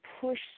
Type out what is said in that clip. push